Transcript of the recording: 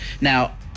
Now